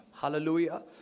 Hallelujah